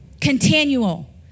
continual